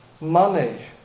money